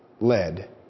led